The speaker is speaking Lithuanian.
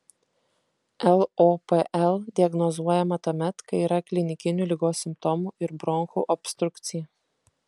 lopl diagnozuojama tuomet kai yra klinikinių ligos simptomų ir bronchų obstrukcija